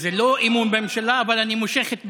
זה לא אמון בממשלה, אבל אני מושך את בקשתי.